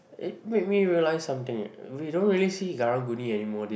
it made me realize something eh we don't really see Karang-Guni anymore these days